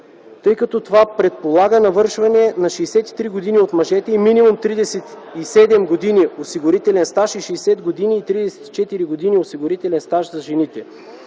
тъй като това предполага навършване на 63 години от мъжете и минимум 37 години осигурителен стаж и 60 години и 34 години осигурителен стаж за жените.